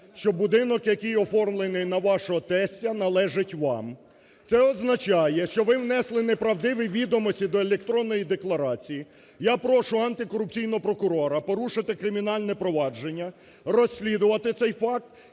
що будинок, який оформлений на вашого тестя, належить вам. Це означає, що ви внесли неправдиві відомості до електронної декларації. Я прошу антикорупційного прокурора порушити кримінальне провадження, розслідувати цей факт